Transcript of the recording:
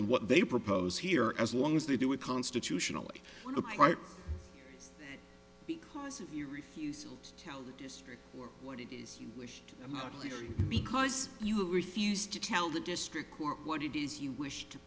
and what they propose here as long as they do it constitutionally right because of your refusal to tell the district what it is you wish to do because you refused to tell the district court what it is you wish to